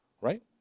Right